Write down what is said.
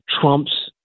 Trump's